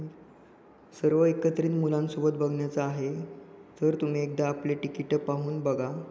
सर्व एकत्रित मुलांसोबत बघण्याचा आहे तर तुम्ही एकदा आपले तिकीट पाहून बघा